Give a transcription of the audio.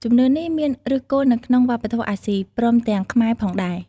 ជំនឿនេះមានឫសគល់នៅក្នុងវប្បធម៌អាស៊ី ព្រមទាំងខ្មែរផងដែរ។